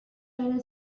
rail